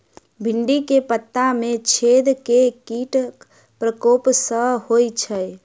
भिन्डी केँ पत्ता मे छेद केँ कीटक प्रकोप सऽ होइ छै?